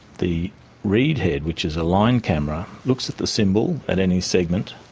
the read head, which is a line camera, looks at the symbol at any segment,